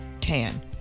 tan